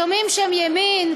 שומעים שם ימין,